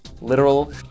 Literal